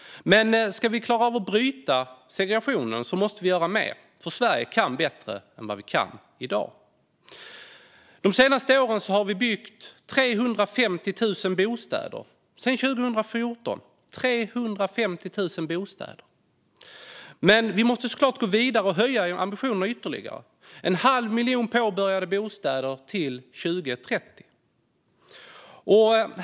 Men ska vi klara av att bryta segregationen måste vi göra mer. Sverige kan bättre än vad vi gör i dag. Sedan 2014 har vi byggt 350 000 bostäder. Men vi måste såklart gå vidare och höja ambitionerna ytterligare. En halv miljon bostäder ska påbörjas till 2030.